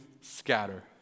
scatter